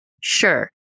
Sure